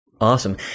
Awesome